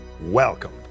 Welcome